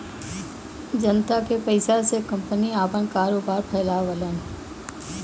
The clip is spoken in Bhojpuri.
जनता के पइसा से कंपनी आपन कारोबार फैलावलन